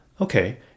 Okay